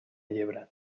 llebre